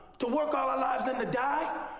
to work all our lives and to die?